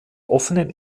offenen